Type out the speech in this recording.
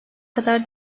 kadar